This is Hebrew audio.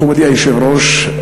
מכובדי היושב-ראש,